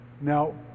now